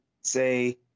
say